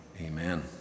amen